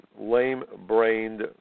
lame-brained